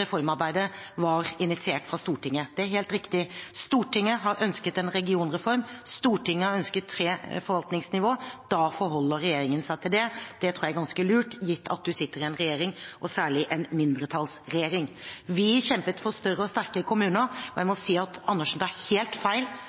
reformarbeidet var initiert fra Stortinget. Det er helt riktig. Stortinget har ønsket en regionreform, Stortinget har ønsket tre forvaltningsnivå. Da forholder regjeringen seg til det. Det tror jeg er ganske lurt, gitt at man sitter i en regjering og særlig en mindretallsregjering. Vi kjempet for større og sterke kommuner. Jeg må si at representanten Andersen tar helt feil